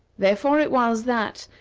therefore it was, that,